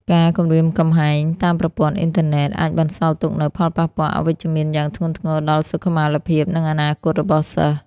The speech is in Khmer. ការគំរាមកំហែងតាមប្រព័ន្ធអ៊ីនធឺណិត អាចបន្សល់ទុកនូវ ផលប៉ះពាល់អវិជ្ជមានយ៉ាងធ្ងន់ធ្ងរ ដល់សុខុមាលភាព និងអនាគតរបស់សិស្ស។